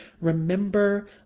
Remember